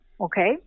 Okay